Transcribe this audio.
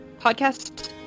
Podcast